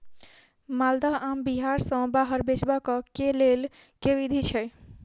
माल्दह आम बिहार सऽ बाहर बेचबाक केँ लेल केँ विधि छैय?